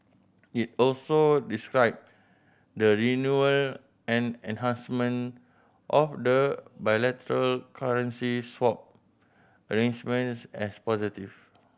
it also described the renewal and enhancement of the bilateral currency swap arrangement as positive